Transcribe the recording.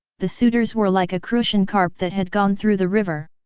the suitors were like a crucian carp that had gone through the river.